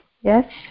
yes